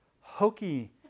hokey